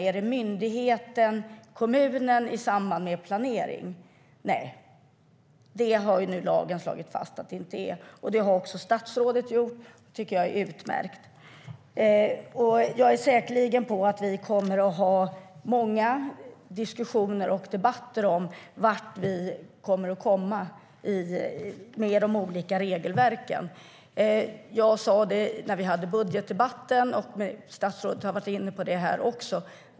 Är det myndigheten, kommunen, i samband med planering? Nej, det har lagen slagit fast att det inte är, och det har också statsrådet gjort. Det tycker jag är utmärkt. Jag är säker på att vi kommer att ha många diskussioner och debatter om vart vi kommer att komma med de olika regelverken. Jag sa detta när vi hade budgetdebatten, och statsrådet har varit inne på det också.